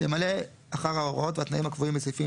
ימלא אחר ההוראות והתנאים הקבועים בסעיפים